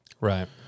right